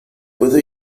puedo